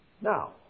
Now